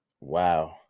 Wow